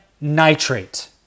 nitrate